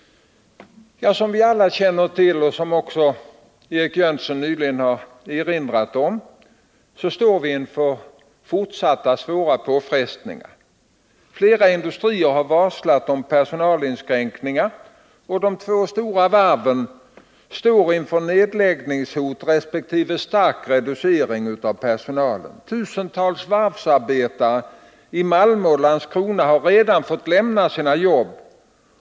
Som vi alla känner till — och som också Eric Jönsson nyligen har erinrat om — står vi i Skåne inför fortsatta svåra påfrestningar. Flera industrier har varslat om personalinskränkningar, och de två stora varven står inför nedläggningshot resp. stark reducering av personalen. Tusentals varvsarbetare i Malmö och Landskrona har redan fått lämna sina jobb.